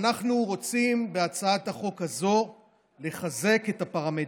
אנחנו רוצים בהצעת החוק הזאת לחזק את הפרמדיקים.